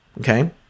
Okay